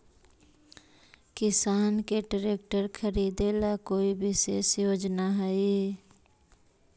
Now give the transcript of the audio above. किसान के ट्रैक्टर खरीदे ला कोई विशेष योजना हई?